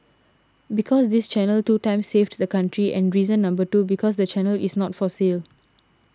because this channel two times saved the country and reason number two because the channel is not for sale